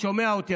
שומע אותי.